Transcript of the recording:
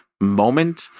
moment